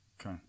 Okay